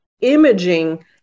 imaging